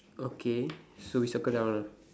okay so we circle down ah